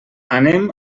anem